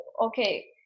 okay